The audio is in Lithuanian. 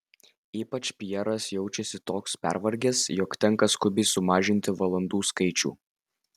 ypač pjeras jaučiasi toks pervargęs jog tenka skubiai sumažinti valandų skaičių